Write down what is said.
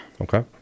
Okay